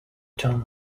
term